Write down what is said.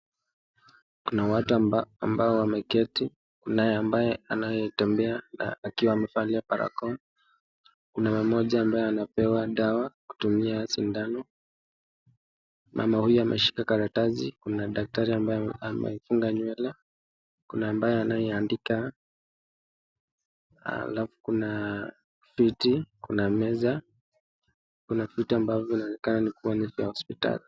Kuna watu ambao wameketi kuna ambaye anayetembea akiwa amevalia barakoa. Kuna mmoja ambaye anapewa dawa kutumia sindano. Mama huyo ameshika karatasi, kuna daktari ambaye amefunga nywele, kuna ambaye anayeadika halafu kuna viti, kuna meza, kuna vitu ambavyo vinaonekana ni kuwa ni vya hospitali